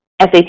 SAT